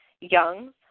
Young